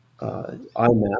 IMAP